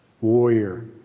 Warrior